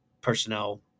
personnel